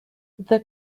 the